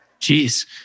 Jeez